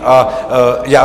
A já...